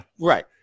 Right